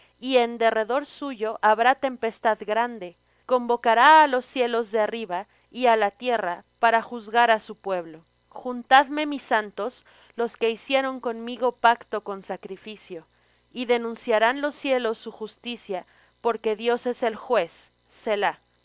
y en derredor suyo habrá tempestad grande convocará á los cielos de arriba y á la tierra para juzgar á su pueblo juntadme mis santos los que hicieron conmigo pacto con sacrificio y denunciarán los cielos su justicia porque dios es el juez